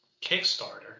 Kickstarter